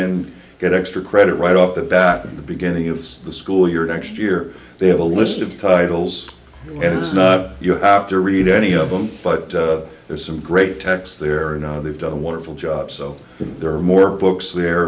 and get extra credit right off the bat in the beginning of the school year next year they have a list of titles and it's not you have to read any of them but there are some great texts there are now they've done a wonderful job so there are more books there